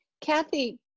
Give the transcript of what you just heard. Kathy